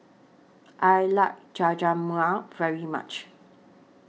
I like Jajangmyeon very much